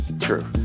True